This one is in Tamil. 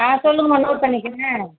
ஆ சொல்லுங்கம்மா நோட் பண்ணிக்கிறேன்